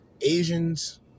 Asians